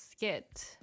get